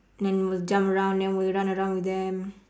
then will jump around then will run around with them